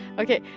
okay